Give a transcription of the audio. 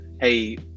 hey